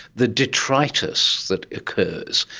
the detritus that occurs,